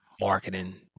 marketing